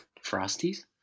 Frosties